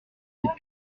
les